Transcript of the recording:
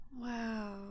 wow